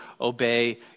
obey